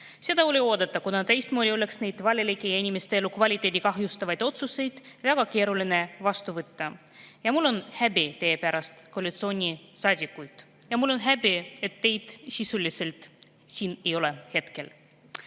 Seda oli oodata, kuna teistmoodi oleks neid valelikke ja inimeste elukvaliteeti kahjustavaid otsuseid väga keeruline vastu võtta. Mul on häbi teie pärast, koalitsioonisaadikud! Ja mul on häbi, et teid hetkel sisuliselt siin ei ole. Hetkel